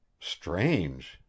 strange